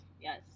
Yes